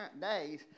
days